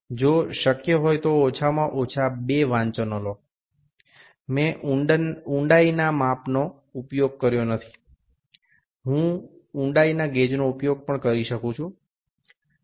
જો શક્ય હોય તો ઓછામાં ઓછા બે વાંચન લો મેં ઊંડાઈના માપનો ઉપયોગ કર્યો નથી હું ઊંડાઈના ગેજનો ઉપયોગ પણ કરી શકું છું